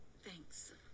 Thanks